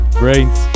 brains